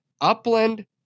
Upland